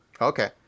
Okay